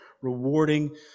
rewarding